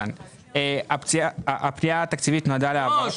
הפנייה התקציבית נועדה להעברת